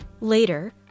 Later